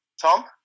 Tom